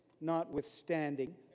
notwithstanding